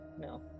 no